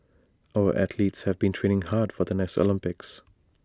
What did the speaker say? our athletes have been training hard for the next Olympics